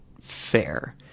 fair